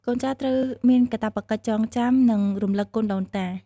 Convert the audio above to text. កូនចៅត្រូវមានកាតព្វកិច្ចចងចាំ និងរំលឹកគុណដូនតា។